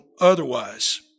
otherwise